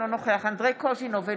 אינו נוכח אנדרי קוז'ינוב,